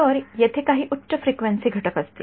तर तेथे काही उच्च फ्रिक्वेन्सी घटक असतील